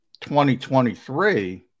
2023